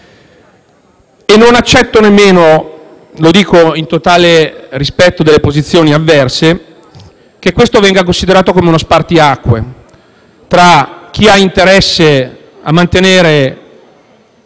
Non accetto nemmeno - lo dico nel totale rispetto delle posizioni avverse - che questo venga considerato come uno spartiacque tra chi ha interesse a tutelare